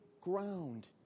ground